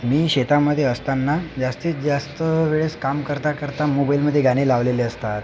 मी शेतामध्ये असताना जास्तीत जास्त वेळेस काम करता करता मोबाईलमध्ये गाणे लावलेले असतात